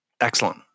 Excellent